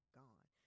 gone